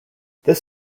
this